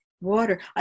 water